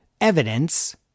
evidence